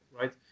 right